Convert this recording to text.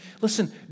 Listen